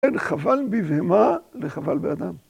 אין חבל בי ומה לחבל באדם.